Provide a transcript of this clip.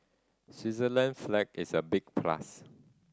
Switzerland flag is a big plus